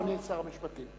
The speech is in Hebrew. אדוני שר המשפטים.